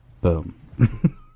Boom